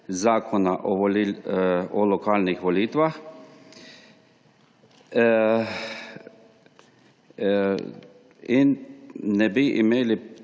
Zakona o lokalnih volitvah ne bi imeli